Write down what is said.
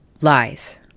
lies